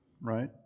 right